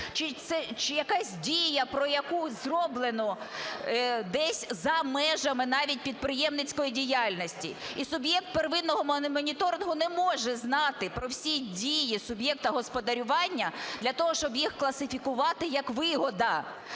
чи якась дія, про яку зроблено десь за межами навіть підприємницької діяльності – і суб'єкт первинного моніторингу не може знати про всі дії суб'єкта господарювання для того, щоб їх класифікувати як вигода.